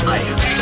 Life